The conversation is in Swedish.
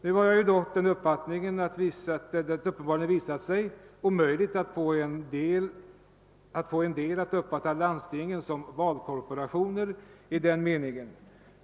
Nu har jag dock den uppfattningen att det uppenbarligen visat sig omöjligt att få en del att uppfatta landstingen som valkorporationer i den meningen.